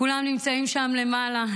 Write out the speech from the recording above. שכולם נמצאים שם למעלה.